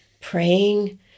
praying